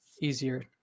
easier